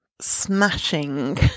smashing